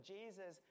Jesus